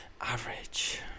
average